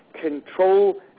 control